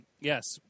yes